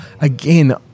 again